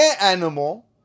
animal